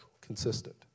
consistent